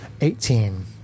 Eighteen